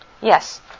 Yes